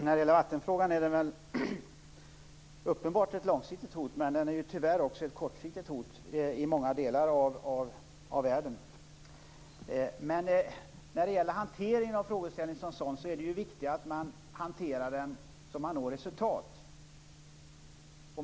Herr talman! Vattenfrågan är väl uppenbart ett långsiktigt hot, men det är tyvärr också ett kortsiktigt hot i många delar av världen. Det är viktigt att man hanterar frågeställningen så att man når resultat.